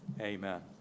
amen